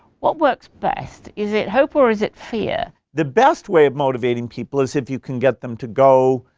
what works best? is it hope or is it fear? the best way of motivating people is if you can get them to go,